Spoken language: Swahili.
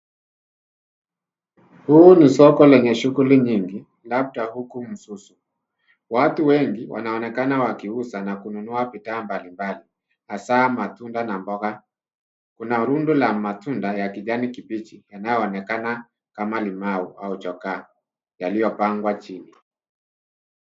Huu ni soko lenye shughuli nyingi labda huku Msusu, watu wengi wanaonekana wakiuza na kununua bidhaa mbalimbali hasa matunda na mboga. Kuna rundo la matunda ya kijani kibichi yanaonekana kama limau au chokaa yaliyopangwa chini.